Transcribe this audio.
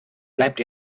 bleibt